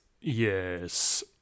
Yes